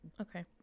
Okay